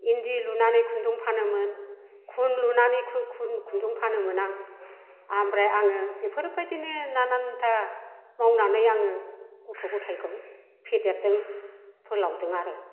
इन्दि लुनानै खुन्दुं फानोमोन खुन लुनानै खुन्दुं फानोमोन आं ओमफ्राय आङो बेफारबायदिनो नानान्था मावनानै आङो गथ' ग'थायखौ फेदेरदों फोलावदों आरो